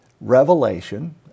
revelation